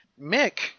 Mick